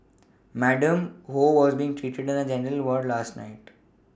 Madam Ho was being treated in a general ward last night